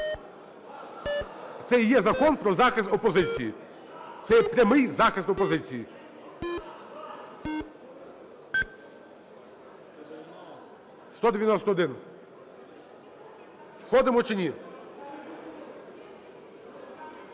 Це і є закон про захист опозиції. Це є прямий захист опозиції. 11:44:46 За-191 Входимо чи ні?